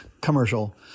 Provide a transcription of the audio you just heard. commercial